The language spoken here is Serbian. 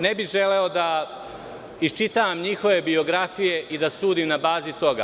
Ne bih želeo da iščitavam njihove biografije i da sudim na bazi toga.